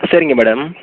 சரிங்க மேடம்